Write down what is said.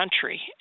country